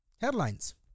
headlines